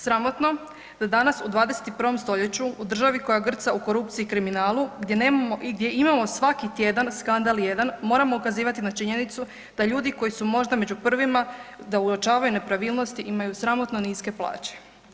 Sramotno da danas u 21. st. u državi koja grca u korupciji i kriminalu gdje imamo svaki tjedan skandal jedan, moramo ukazivati na činjenicu da ljudi koji su možda među prvima da uočavaju nepravilnosti, imaju sramotno niske plaće.